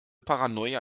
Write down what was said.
paranoia